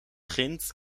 grind